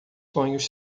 sonhos